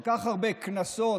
כל כך הרבה כנסות